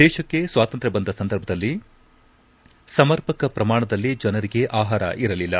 ದೇಶಕ್ಕೆ ಸ್ವಾತಂತ್ರ ಬಂದ ಸಂದರ್ಭದಲ್ಲಿ ಸಮರ್ಪಕ ಪ್ರಮಾಣದಲ್ಲಿ ಜನರಿಗೆ ಆಹಾರ ಇರಲಿಲ್ಲ